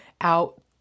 out